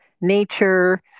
nature